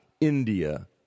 India